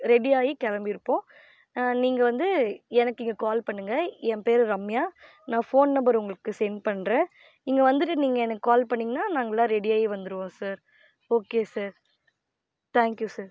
ரெடியாகி கிளம்பிருப்போம் நீங்கள் வந்து எனக்கு இங்கே கால் பண்ணுங்கள் என் பேர் ரம்யா நான் போன் நம்பர் உங்களுக்கு சென்ட் பண்றேன் இங்கே வந்துட்டு நீங்கள் எனக்கு கால் பண்ணிங்கன்னா நாங்கள்லாம் ரெடியாகி வந்துடுவோம் sir okay sir thank you sir